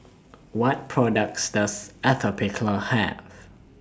What products Does Atopiclair Have